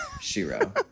Shiro